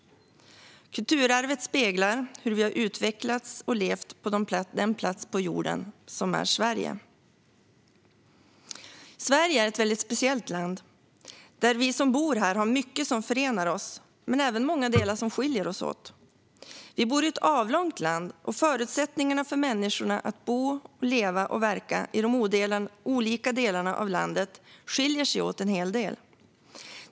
Kulturarvet speglar hur vi har utvecklats och levt på den plats på jorden som är Sverige. Sverige är ett väldigt speciellt land, och vi som bor här har mycket som förenar oss men även många delar som skiljer oss åt. Vi bor i ett avlångt land, och förutsättningarna för människor att bo, leva och verka i de olika delarna av landet skiljer sig åt en hel del.